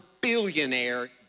billionaire